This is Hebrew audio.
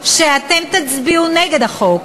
שאתם תצביעו נגד החוק,